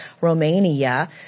Romania